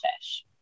fish